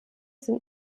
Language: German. sind